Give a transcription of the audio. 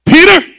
Peter